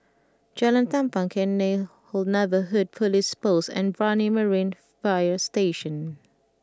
Jalan Tampang Cairnhill Neighbourhood Police Post and Brani Marine Fire Station